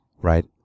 right